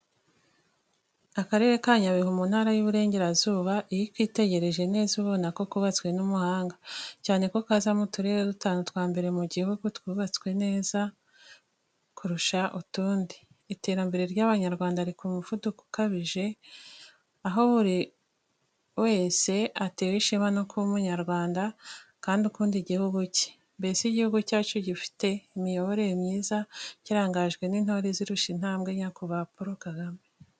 Akarere ka Nyabihu mu ntara y’Uburengerazuba, iyo ukitegereje neza, ubona ko kubatswe n’umuhanga, cyane ko kaza mu turere dutanu twa mbere mu Rwanda twubatse neza kurusha utundi. Iterambere ry’Abanyarwanda riri ku muvuduko ukabije, aho kuri ubu buri wese atewe ishema no kuba Umunyarwanda kandi ukunda igihugu cye. Mbese, igihugu cyacu gifite imiyoborere myiza kirangajwe n’Intore izirusha intambwe, Nyakubahwa Paul Kagame.